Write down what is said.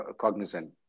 Cognizant